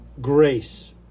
grace